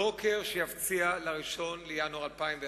הבוקר שיפציע ב-1 בינואר 2011